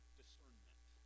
discernment